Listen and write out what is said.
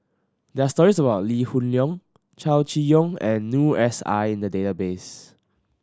there are stories about Lee Hoon Leong Chow Chee Yong and Noor S I in the database